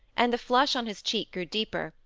and the flush on his cheek grew deeper,